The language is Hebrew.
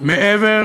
מעבר